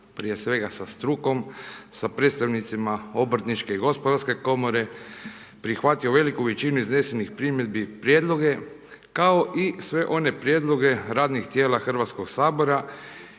prije svega sa strukom sa predstavnicima obrtničke i gospodarske komore prihvatio veliku većinu iznesenih primjedbi i prijedloge kao i sve one prijedloge radnih tijela Hrvatskog sabora